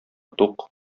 тук